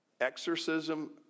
exorcism